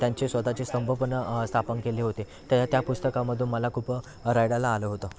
त्यांचे स्वत चे स्तंभपण स्थापन केले होते ते त्या पुस्तकामधून मला खूप रडायला आलं होतं